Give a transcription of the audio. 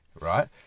right